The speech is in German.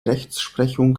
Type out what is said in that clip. rechtsprechung